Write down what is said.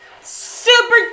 Super